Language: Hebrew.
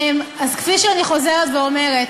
אז כפי שאני חוזרת ואומרת,